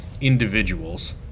individuals